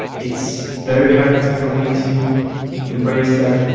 it's very hard for me to embrace that,